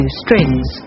strings